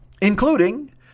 including